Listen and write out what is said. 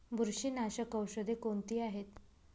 बुरशीनाशक औषधे कोणती आहेत?